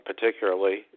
particularly